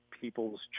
people's